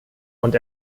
und